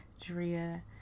Drea